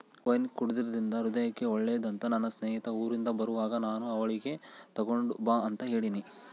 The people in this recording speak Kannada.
ವೈನ್ ಕುಡೆದ್ರಿಂದ ಹೃದಯಕ್ಕೆ ಒಳ್ಳೆದಂತ ನನ್ನ ಸ್ನೇಹಿತೆ ಊರಿಂದ ಬರುವಾಗ ನಾನು ಅವಳಿಗೆ ತಗೊಂಡು ಬಾ ಅಂತ ಹೇಳಿನಿ